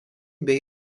bei